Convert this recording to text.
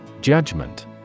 Judgment